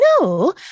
no